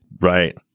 right